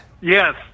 Yes